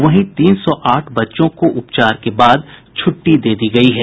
वहीं तीन सौ आठ बच्चों को उपचार के बाद छुट्टी दे दी गयी है